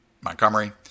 Montgomery